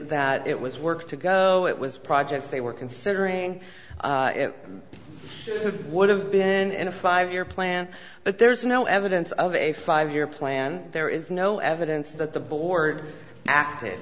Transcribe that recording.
that it was work to go it was projects they were considering it would have been in a five year plan but there's no evidence of a five year plan there is no evidence that the board ac